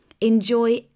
Enjoy